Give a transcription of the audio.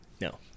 No